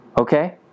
Okay